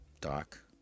doc-